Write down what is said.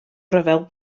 ryfel